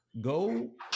go